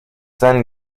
seinen